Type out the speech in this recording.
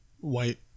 White